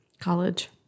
college